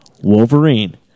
Wolverine